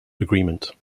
agreement